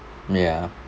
ya